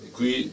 Qui